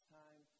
time